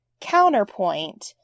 counterpoint